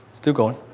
still going.